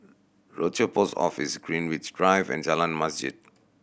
Rochor Post Office Greenwich Drive and Jalan Masjid